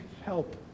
help